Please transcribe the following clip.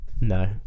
no